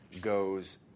goes